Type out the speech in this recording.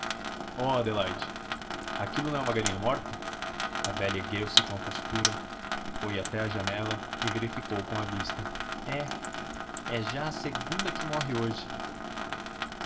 oh adelaide aquilo não é uma galinha morta a velha senhora ergueu-se com a costura foi até à janela e verificou com a vista é é já a segunda que morre hoje